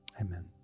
Amen